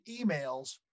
emails